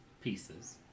pieces